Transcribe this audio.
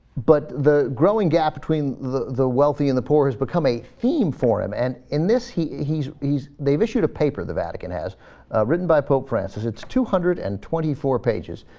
but the growing gap between the the wealthy in the pores become a whom forum and in this heat he's ease they've issued a paper the vatican has written by pro-press its two hundred and twenty four pages